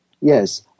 Yes